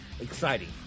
exciting